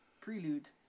prelude